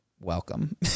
welcome